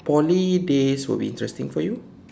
Poly days would be interesting for you